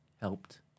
helped